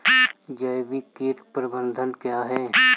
जैविक कीट प्रबंधन क्या है?